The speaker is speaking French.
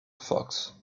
fox